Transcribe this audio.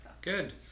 Good